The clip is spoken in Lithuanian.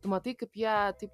tu matai kaip jie taip